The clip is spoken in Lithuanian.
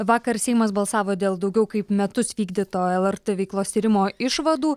vakar seimas balsavo dėl daugiau kaip metus vykdyto lrt veiklos tyrimo išvadų